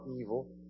evil